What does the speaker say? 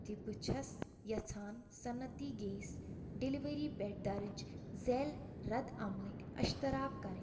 تہِ بہٕ چھیٚس یژھان صنعتی گیس ڈیٚلؤری پٮ۪ٹھ درج ذیل ردعملٕکۍ اشتراک کرٕنۍ